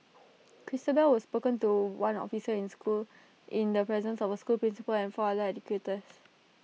Christabel was spoken to one officer in school in the presence of the school principal and four other educators